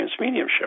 transmediumship